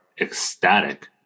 ecstatic